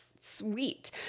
Sweet